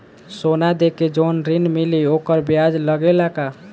सोना देके जवन ऋण मिली वोकर ब्याज लगेला का?